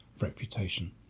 reputation